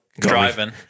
driving